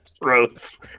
Gross